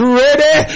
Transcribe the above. ready